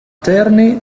terni